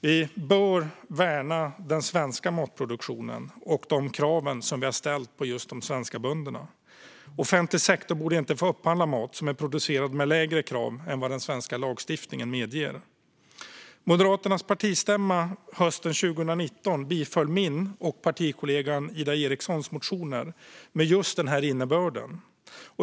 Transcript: Vi bör värna den svenska matproduktionen och de krav vi ställer på svenska bönder. Offentlig sektor borde inte få upphandla mat som är producerad med lägre krav än vad den svenska lagstiftningen medger. Moderaternas partistämma hösten 2019 biföll min och partikollegan Ida Erikssons motioner med just denna innebörd.